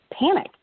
panic